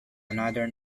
another